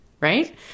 Right